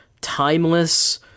timeless